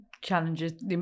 Challenges